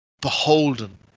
beholden